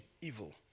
evil